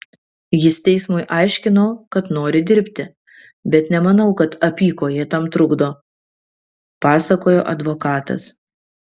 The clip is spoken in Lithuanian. jis teismui aiškino kad nori dirbti bet nemanau kad apykojė tam trukdo pasakojo advokatas